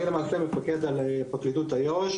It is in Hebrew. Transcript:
אני למעשה מפקד על פרקליטות היו"ש,